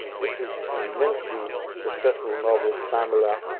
with his immensely successful novels pamela,